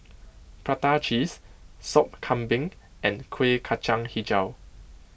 Prata Cheese Sop Kambing and Kueh Kacang HiJau